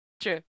True